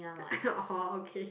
orh hor okay